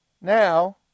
now